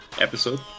episode